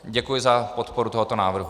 Děkuji za podporu tohoto návrhu.